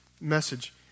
message